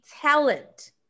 talent